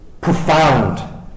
profound